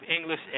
English